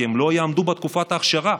כי הם לא יעמדו בתקופת האכשרה,